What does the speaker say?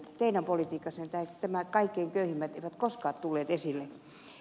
teidän politiikassanne nämä kaikkein köyhimmät eivät koskaan tulleet esille